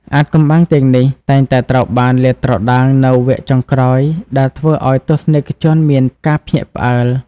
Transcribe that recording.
អាថ៌កំបាំងទាំងនេះតែងតែត្រូវបានលាតត្រដាងនៅវគ្គចុងក្រោយដែលធ្វើឲ្យទស្សនិកជនមានការភ្ញាក់ផ្អើល។